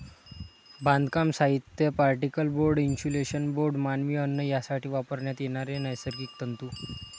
बांधकाम साहित्य, particle board, insulation board, मानवी अन्न यासाठी वापरण्यात येणारे नैसर्गिक तंतू